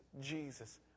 Jesus